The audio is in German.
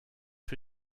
für